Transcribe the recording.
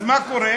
אז מה קורה?